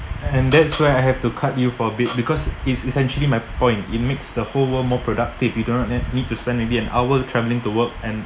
and that's where I have to cut you for a bit because it's essentially my point it makes the whole world more productive you don't ned~ need to spend maybe an hour travelling to work and